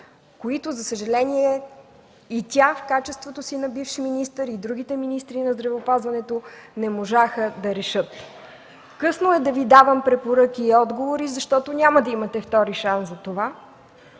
които, за съжаление, и тя, в качеството си на бивш министър, и другите министри на здравеопазването не можаха да решат. Късно е да Ви давам препоръки и отговори, защото няма да имате втори шанс за това.